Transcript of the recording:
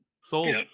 Sold